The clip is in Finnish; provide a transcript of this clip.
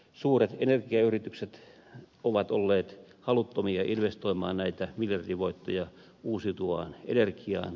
suuret energiayritykset ovat olleet haluttomia investoimaan näitä miljardivoittoja uusiutuvaan energiaan